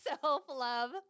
self-love